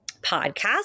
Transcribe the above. podcast